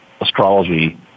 astrology